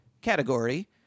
category